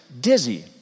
dizzy